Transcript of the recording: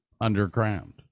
underground